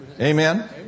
Amen